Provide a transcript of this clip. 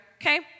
okay